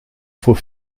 faut